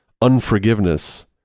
unforgiveness